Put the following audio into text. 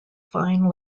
fine